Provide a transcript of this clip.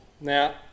Now